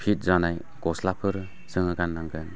fit जानाय गस्लाफोर जोङो गाननांगोन